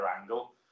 angle